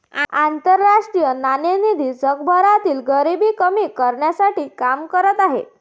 आंतरराष्ट्रीय नाणेनिधी जगभरातील गरिबी कमी करण्यासाठी काम करत आहे